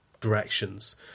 directions